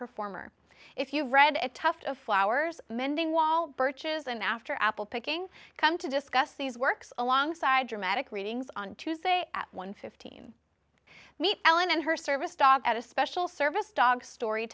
performer if you read at tufts of flowers mending wall birches and after apple picking come to discuss these works alongside dramatic readings on tuesday at one fifteen meet ellen and her service dog at a special service dog story